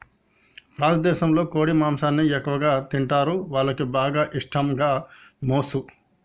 France దేశంలో కోడి మాంసాన్ని ఎక్కువగా తింటరు, వాళ్లకి బాగా ఇష్టం గామోసు